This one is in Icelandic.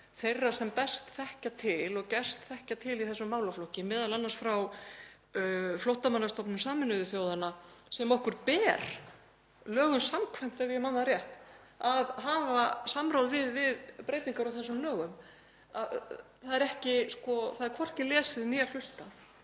þeirra sem best þekkja til og gerst þekkja til í þessum málaflokki, m.a. frá Flóttamannastofnun Sameinuðu þjóðanna sem okkur ber lögum samkvæmt, ef ég man rétt, að hafa samráð við við breytingar á þessum lögum. Það er hvorki lesið né hlustað.